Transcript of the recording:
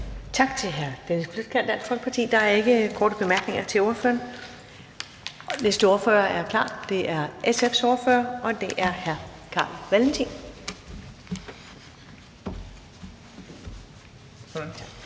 Tak til hr. Dennis Flydtkjær, Dansk Folkeparti. Der er ikke korte bemærkninger til ordføreren. Den næste ordfører er klar. Det er SF's ordfører, og det er hr. Carl Valentin.